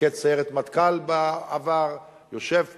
מפקד סיירת מטכ"ל בעבר יושב כאן,